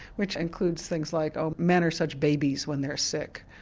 which includes things like oh men are such babies when they're sick.